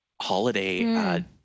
holiday